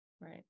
Right